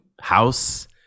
house